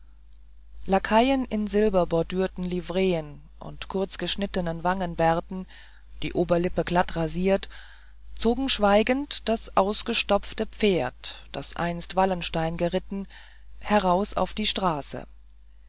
lakaien in silberbordürten livreen und kurzgeschnittenen wangenbärten die oberlippe glattrasiert zogen schweigend das ausgestopfte pferd das einst wallenstein geritten heraus auf die straße